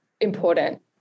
important